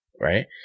Right